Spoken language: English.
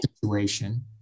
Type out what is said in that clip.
situation